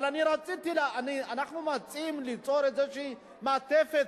אבל אנחנו מציעים ליצור איזו מעטפת,